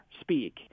speak